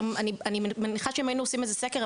שאני בטוחה שאם היינו עושים איזה שהוא סקר,